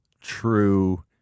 true